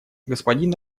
господин